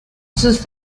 sus